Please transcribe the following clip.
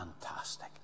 fantastic